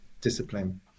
discipline